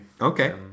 Okay